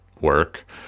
work